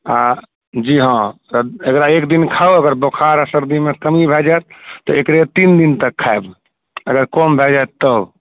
आ जी हाँ एकरा एक दिन खाउ अगर बोखार आर सर्दीमे कमी भए जायत तऽ एकरे तीन दिन तक खायब अगर कम भए जायत तब